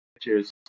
Cheers